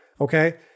okay